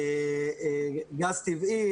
גז טבעי,